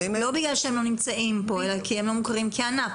-- ולא בגלל שהם לא נמצאים אלא כי הם לא מוכרים כענף.